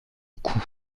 coups